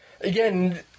Again